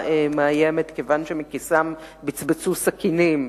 מאיימת כיוון שמכיסיהם בצבצו סכינים,